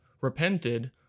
repented